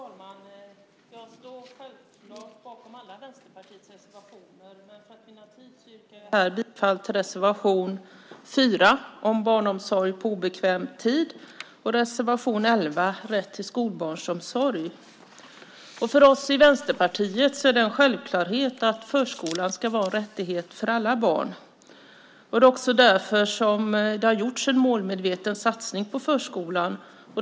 Fru talman! Jag står självklart bakom alla Vänsterpartiets reservationer. För tids vinning yrkar jag bifall till reservation nr 4 Barnomsorg på obekväm tid och reservation nr 11 Rätt till skolbarnsomsorg. För oss i Vänsterpartiet är det en självklarhet att förskolan ska vara en rättighet för alla barn. Det är också därför som det har gjorts en målmedveten satsning på förskolan.